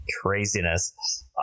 Craziness